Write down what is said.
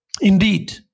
indeed